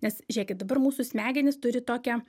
nes žėkit dabar mūsų smegenys turi tokią